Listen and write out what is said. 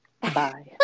Bye